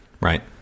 Right